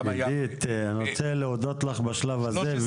אידית, אני רוצה להודות לך בשלב הזה.